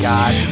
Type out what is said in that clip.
God